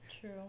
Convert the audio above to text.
True